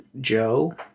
Joe